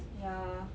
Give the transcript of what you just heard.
ya